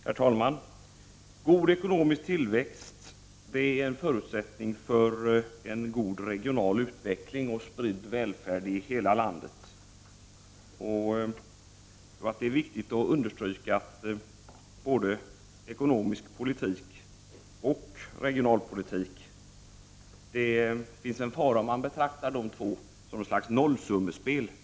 Herr talman! God ekonomisk tillväxt är en förutsättning för en god regional utveckling och spridd välfärd i hela landet. Det är viktigt att understryka att både ekonomisk politik och regional politik är centrala. Man betraktar dessa två ibland som någon sorts nollsummespel.